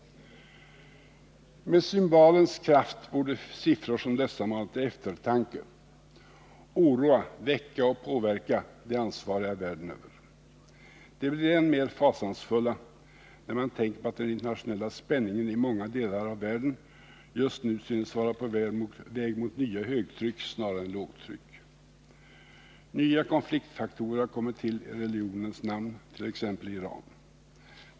Med cymbalens kraft borde siffror som dessa mana till eftertanke, oroa, väcka och påverka de ansvariga världen över. De blir än mer fasansfulla när man tänker på att den internationella spänningen i många delar av världen just nu synes vara på väg mot nya högtryck snarare än lågtryck. Nya konfliktfaktorer har kommit till i religionens namn, t.ex. i Iran.